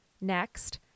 Next